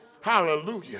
Hallelujah